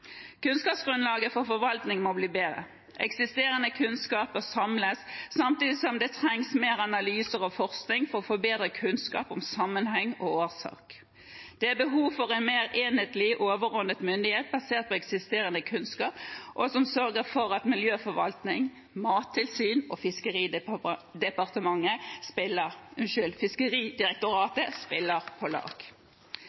Kunnskapsgrunnlaget for forvaltningen må bli bedre. Eksisterende kunnskap bør samles, samtidig som det trengs mer analyser og forskning for å få bedre kunnskap om sammenheng og årsak. Det er behov for en mer enhetlig og overordnet myndighet basert på eksisterende kunnskap som sørger for at miljøforvaltning, Mattilsynet og